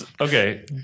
Okay